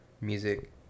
music